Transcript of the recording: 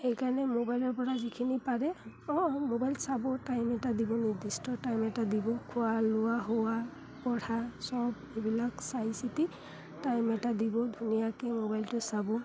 সেইকাৰণে মোবাইলৰ পৰা যিখিনি পাৰে অঁ মোবাইল চাব টাইম এটা দিব নিৰ্দিষ্ট টাইম এটা দিব খোৱা লোৱা শোৱা পঢ়া চব এইবিলাক চাই চিতি টাইম এটা দিব ধুনীয়াকৈ মোবাইলটো চাব